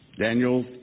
Daniel